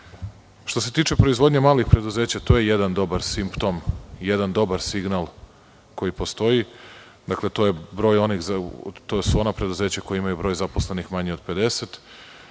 se tiče proizvodnje malih preduzeća, to je jedan dobar simptom, jedan dobar signal koji postoji. Dakle, to su ona preduzeća koja imaju broj zaposlenih manji od 50,